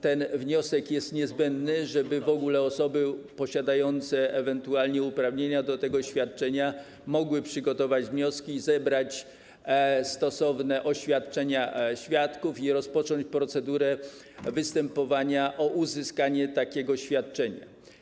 Ten wniosek jest niezbędny, żeby w ogóle osoby posiadające ewentualnie uprawnienia do tego świadczenia mogły przygotować wnioski i zebrać stosowne oświadczenia świadków, i rozpocząć procedurę występowania o uzyskanie takiego świadczenia.